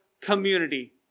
community